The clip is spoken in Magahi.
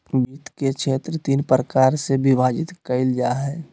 वित्त के क्षेत्र तीन प्रकार से विभाजित कइल जा हइ